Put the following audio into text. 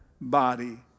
body